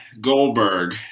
Goldberg